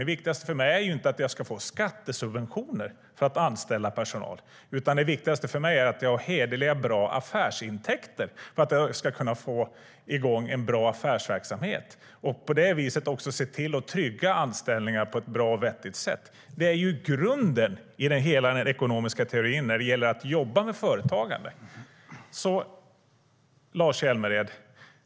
Det viktigaste för mig är inte att jag ska få skattesubventioner för att anställa personal, utan det viktigaste för mig är att jag har hederliga och bra affärsintäkter för att jag ska kunna få igång en bra affärsverksamhet och på det viset också se till att trygga anställningar på ett bra och vettigt sätt. Det är grunden i hela den ekonomiska teorin när det gäller att jobba med företagande. Lars Hjälmered!